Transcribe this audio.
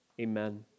amen